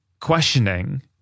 questioning